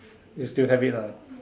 you still have it lah